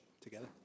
together